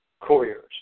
couriers